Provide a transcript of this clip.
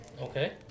Okay